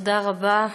תודה רבה.